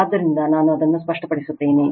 ಆದ್ದರಿಂದ ನಾನು ಅದನ್ನು ಸ್ಪಷ್ಟಪಡಿಸುತ್ತೇನೆ